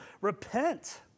repent